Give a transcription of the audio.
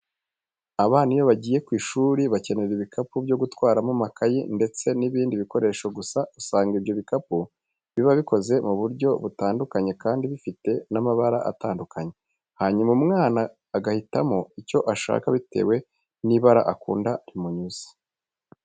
Abana iyo bagiye ku ishuri bakenera ibikapu byo gutwaramo amakayi ndetse n'ibindi bikoresho, gusa usanga ibyo bikapu biaba bikoze mu buryo butandukanye kandi bifite n'amabara atandukanye, hanyuma umwana agahitamo icyo ashaka bitewe n'ibara akunda rimunyuze.